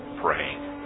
praying